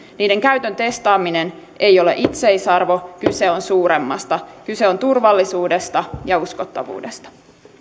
niiden käytön testaaminen ei ole itseisarvo kyse on suuremmasta kyse on turvallisuudesta ja uskottavuudesta